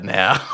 now